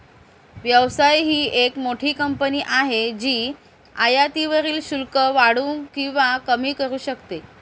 व्यवसाय ही एक मोठी कंपनी आहे जी आयातीवरील शुल्क वाढवू किंवा कमी करू शकते